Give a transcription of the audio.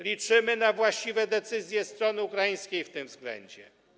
Liczymy na właściwe decyzje strony ukraińskiej w tym względzie.